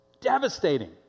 Devastating